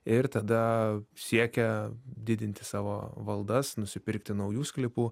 ir tada siekia didinti savo valdas nusipirkti naujų sklypų